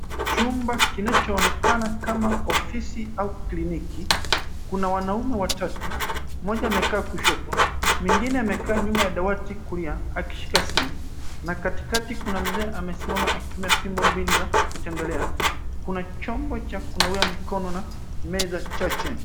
Chumba kinachoonekana kama ofisi au kliniki, kuna wanaume watatu, mmoja amekaa kushoto, mwingine amekaa nyuma ya dawati kulia akishika simu na katikati kuna mzee amesimama akitumia fimbo mbili za kutembelea. Kuna chombo cha kunawia mikono na meza chache.